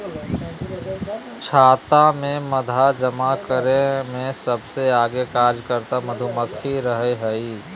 छत्ता में मध जमा करे में सबसे आगे कार्यकर्ता मधुमक्खी रहई हई